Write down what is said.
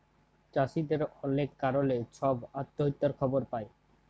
চাষীদের অলেক কারলে ছব আত্যহত্যার খবর পায়